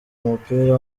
umupira